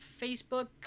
facebook